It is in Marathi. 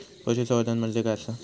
पशुसंवर्धन म्हणजे काय आसा?